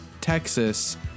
Texas